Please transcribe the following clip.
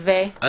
אני